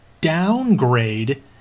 downgrade